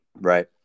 right